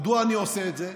מדוע אני עושה את זה?